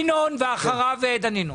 ינון ואחריו דנינו.